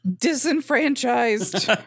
disenfranchised